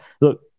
look